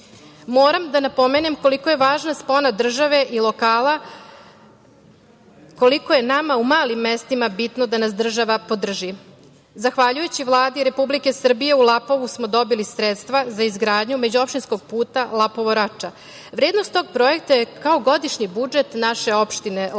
da napomenem koliko je važna spona države i lokala, koliko je nama u malim mestima bitno da nas država podrži. Zahvaljujući Vladi Republike Srbije, u Lapovu smo dobili sredstva za izgradnju međuopštinskog puta Lapovo-Rača. Vrednost tog projekta je kao godišnji budžet naše opštine Lapovo.